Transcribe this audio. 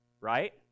Right